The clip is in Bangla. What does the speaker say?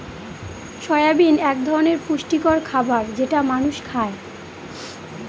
সয়াবিন এক ধরনের পুষ্টিকর খাবার যেটা মানুষ খায়